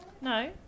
No